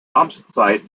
amtszeit